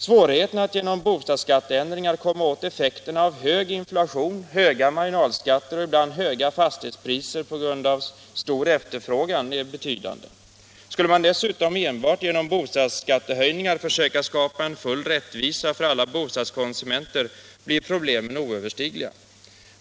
Svårigheterna att genom bostadsskatteändringar komma åt effekten av hög inflation, höga marginalskatter och ibland höga fastighetspriser på grund av stor efterfrågan är betydande. Skulle man dessutom enbart genom bostadsskattehöjningar försöka skapa en full rättvisa för alla bostadskonsumenter blir problemen oöverstigliga.